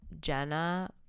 Jenna